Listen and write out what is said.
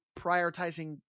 prioritizing